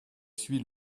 suis